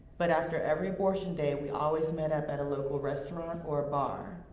but after every abortion day, we always met up at a local restaurant or a bar.